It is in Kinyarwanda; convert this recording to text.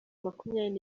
makumyabiri